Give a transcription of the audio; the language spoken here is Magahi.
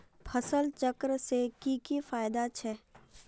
फसल चक्र से की की फायदा छे?